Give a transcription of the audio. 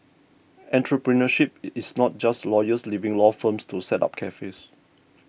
entrepreneurship is not just lawyers leaving law firms to set up cafes